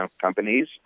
companies